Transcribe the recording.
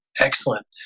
excellent